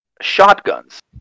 shotguns